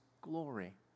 glory